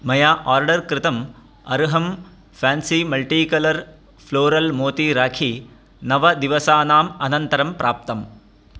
मया आर्डर् कृतम् अहं फ़ेन्सी मल्टी कलर् फ़्लोरल् मोतीराखी नवदिवसानाम् अनन्तरं प्राप्तम्